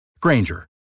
Granger